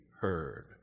heard